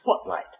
Spotlight